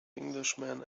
englishman